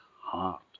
heart